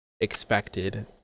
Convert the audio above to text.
expected